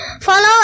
Follow